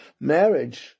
marriage